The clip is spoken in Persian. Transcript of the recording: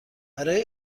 برای